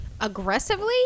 aggressively